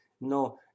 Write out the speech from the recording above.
No